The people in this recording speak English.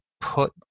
put